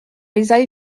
les